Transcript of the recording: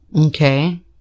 Okay